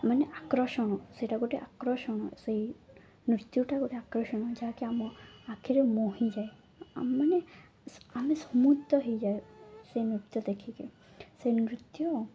ମାନେ ଆକର୍ଷଣ ସେଇଟା ଗୋଟେ ଆକର୍ଷଣ ସେଇ ନୃତ୍ୟଟା ଗୋଟେ ଆକର୍ଷଣ ଯାହାକି ଆମ ଆଖିରେ ମୋହିଯାଏ ଆମେମାନେ ଆମେ ହୋଇଯାଉ ସେ ନୃତ୍ୟ ଦେଖିକି ସେ ନୃତ୍ୟ